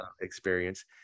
experience